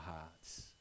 hearts